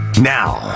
Now